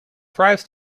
thrives